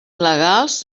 legals